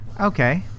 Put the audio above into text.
Okay